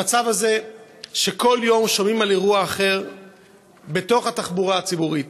המצב הוא שכל יום שומעים על אירוע אחר בתחבורה הציבורית.